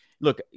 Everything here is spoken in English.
look